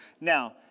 Now